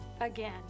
again